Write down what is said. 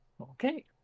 Okay